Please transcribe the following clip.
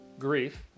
grief